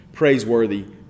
Praiseworthy